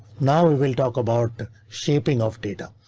now we will talk about shaping of data.